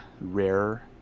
rare